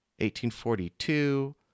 1842